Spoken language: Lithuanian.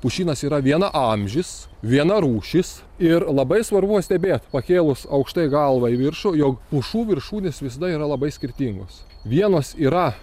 pušynas yra vienaamžis vienarūšis ir labai svarbu pastebėt pakėlus aukštai galvą į viršų jog pušų viršūnės visada yra labai skirtingos vienos yra